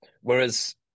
Whereas